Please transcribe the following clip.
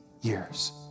years